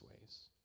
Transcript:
ways